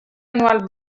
anual